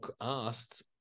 asked